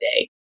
day